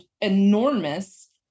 enormous